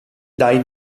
dai